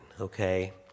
okay